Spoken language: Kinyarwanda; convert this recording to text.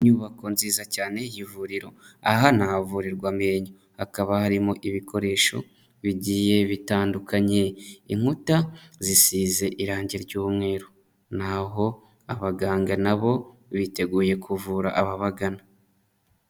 Inyubako nziza cyane y'ivuriro, aha ni ahavurirwa amenyo, hakaba harimo ibikoresho bigiye bitandukanye, inkuta zisize irangi ry'umweru, na ho abaganga na bo biteguye kuvura ababagana.